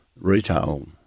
retail